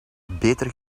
beter